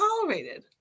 tolerated